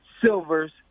silvers